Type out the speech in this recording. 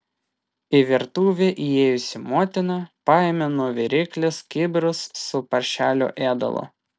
į virtuvę įėjusi motina paėmė nuo viryklės kibirus su paršelių ėdalu